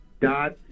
dot